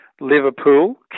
Liverpool